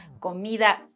comida